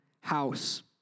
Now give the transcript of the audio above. house